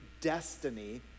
destiny